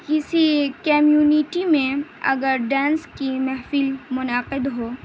کسی کمیونٹی میں اگر ڈانس کی محفل منعقد ہو